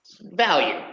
Value